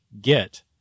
get